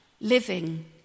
living